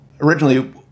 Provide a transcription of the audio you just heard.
Originally